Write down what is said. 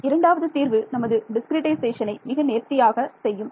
இரண்டாவது தீர்வு நமது டிஸ்கிரிட்டைசேஷனை மிக நேர்த்தியாக செய்யும்